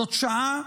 זאת שעה